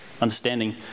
understanding